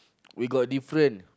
we got different